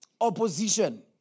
opposition